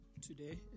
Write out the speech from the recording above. today